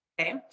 okay